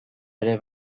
ere